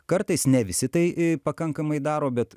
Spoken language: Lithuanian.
kartais ne visi tai e pakankamai daro bet